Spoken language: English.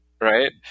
right